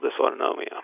dysautonomia